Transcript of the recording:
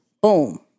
Boom